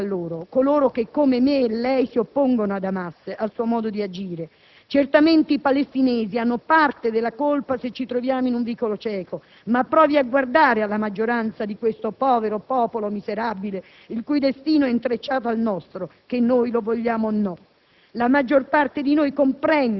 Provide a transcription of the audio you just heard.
parli con loro scavalcando Hamas, parli ai moderati tra loro, coloro che come me e lei si oppongono ad Hamas, al suo modo di agire. Certamente i palestinesi hanno parte della colpa, se ci troviamo in un vicolo cieco. Ma provi a guardare alla maggioranza di questo povero popolo miserabile il cui destino è intrecciato al nostro,